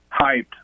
hyped